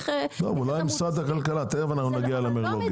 אולי משרד הכלכלה, תכף אנחנו נגיע למרלו"גים.